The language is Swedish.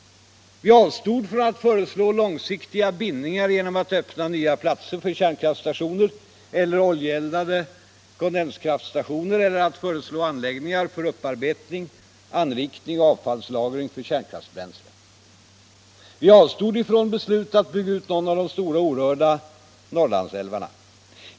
Vi avstod från att föreslå långsiktiga bindningar genom att öppna nya platser för kärnkraftstationer eller oljeeldade kondenskraftstationer eller att föreslå anläggningar för upparbetning, anrikning och avfallslagring för kärnkraftsbränsle. Vi avstod från beslut om att bygga ut någon av de stora orörda norrlandsälvarna.